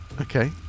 Okay